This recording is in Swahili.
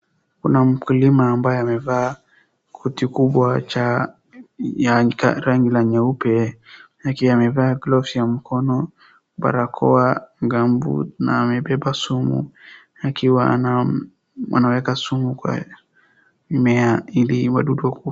Kuna mkulima ambaye amevaa koti kubwa cha rangi la nyeupe, akiwa amevaa glovu ya mkono, barakoa, gumboot na amebeba sumu akiwa ameweka sumu kwa mimea ili wadudu wakufe.